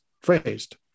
phrased